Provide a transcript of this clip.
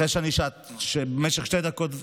אחרי שאני במשך שתי דקות צועק.